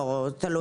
לא, תלוי.